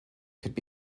could